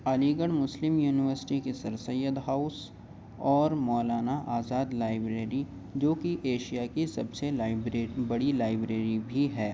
علی گڑھ مسلم یونیورسٹی کی sir Syed house اور مولانا آزاد لائبریری جو کہ ایشیا کی سب سے لائبریری بڑی لائبریری بھی ہے